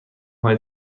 های